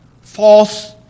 False